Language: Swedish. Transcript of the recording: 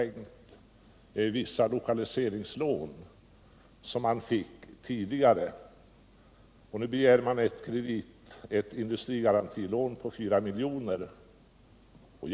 Vissa lokaliseringslån som företaget tidigare fått har också efterskänkts. Företaget begär även ett industrigarantilån på 4 milj.kr.